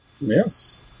Yes